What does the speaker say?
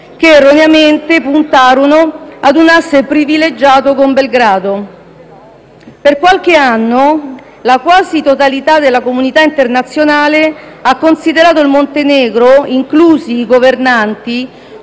che erroneamente puntarono ad un asse privilegiato con Belgrado. Per qualche anno la quasi totalità della comunità internazionale ha considerato il Montenegro, inclusi i governanti,